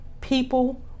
people